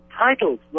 titled